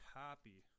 copy